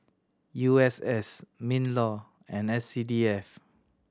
U S S MinLaw and S C D F